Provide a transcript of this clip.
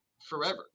forever